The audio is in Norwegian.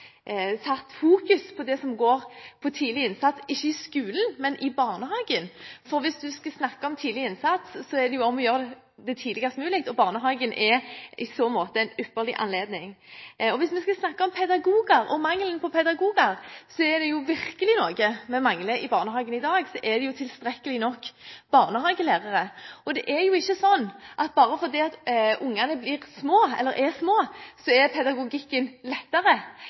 fokus på det som går på tidlig innsats – ikke i skolen, men i barnehagen. For hvis man skal snakke om tidlig innsats, er det om å gjøre å ha det tidligst mulig, og barnehagen er i så måte en ypperlig anledning. Hvis vi skal snakke om pedagoger og mangelen på pedagoger, er jo noe vi virkelig mangler i barnehagen i dag, tilstrekkelig med barnehagelærere. Det er ikke sånn at bare fordi barna er små, er pedagogikken lettere, og derfor er det mindre behov for kompetent personale i barnehagene. Det er